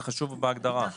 זה חשוב בהגדרה.